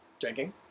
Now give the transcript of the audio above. drinking